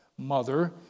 Mother